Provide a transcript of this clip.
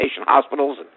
hospitals